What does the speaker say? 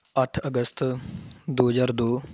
ਅੱਠ ਅਗਸਤ ਦੋ ਹਜ਼ਾਰ ਦੋ